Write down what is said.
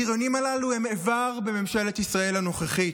הבריונים הללו הם איבר בממשלת ישראל הנוכחית.